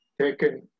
taken